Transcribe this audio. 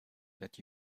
that